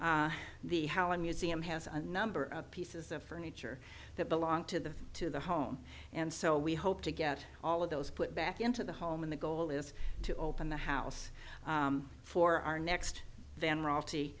the hauen museum has a number of pieces of furniture that belong to the to the home and so we hope to get all of those put back into the home and the goal is to open the house for our next van royalty